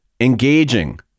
engaging